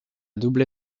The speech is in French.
doublé